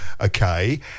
Okay